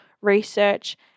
research